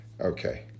Okay